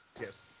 Yes